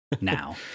now